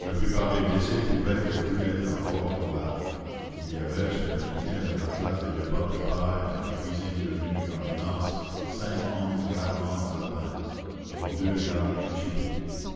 la plupart des blessés pouvaient et voulaient encore combattre il y avait sur une litière de matelas et de bottes de paille dans la cuisine devenue l'ambulance cinq hommes gravement atteints dont deux gardes municipaux